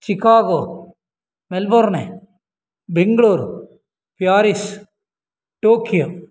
Chicago Melbourne Bangalore Paris Tokyo